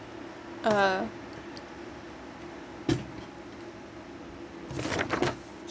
uh